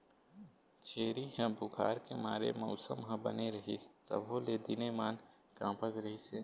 छेरी ह बुखार के मारे मउसम ह बने रहिस तभो ले दिनेमान काँपत रिहिस हे